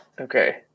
Okay